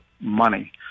money